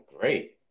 great